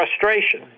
frustration